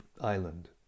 island